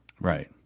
Right